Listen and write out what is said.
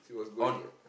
on